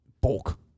bulk